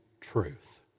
truth